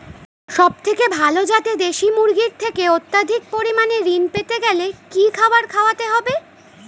সবথেকে ভালো যাতে দেশি মুরগির থেকে অত্যাধিক পরিমাণে ঋণ পেতে গেলে কি খাবার খাওয়াতে হবে?